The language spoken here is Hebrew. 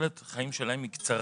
תוחלת החיים שלהם היא קצרה